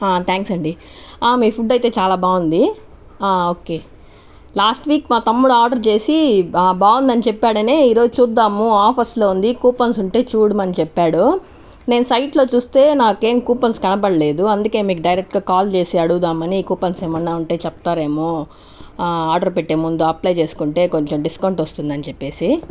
thanks అండీ మీ food అయితే చాలా బాగుంది ఓకే లాస్ట్ వీక్ మా తమ్ముడు ఆర్డర్ చేసి బాగుందని చెప్పాడనే ఈ రోజు చూద్దాము ఆఫర్స్లో ఉంది కూపన్స్ ఉంటే చూడమని చెప్పాడు నేను సైట్లో చూస్తే నాకు ఏమీ కూపన్స్ కనపడలేదు అందుకే మీకు డైరెక్టుగా కాల్ చేసి అడుగుదామని కూపన్స్ ఏమన్నా ఉంటే చెప్తారేమో ఆర్డర్ పెట్టే ముందు అప్లై చేస్కుంటే కొంచం డిస్కౌంట్ వస్తుందని చెప్పేసి